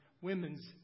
women's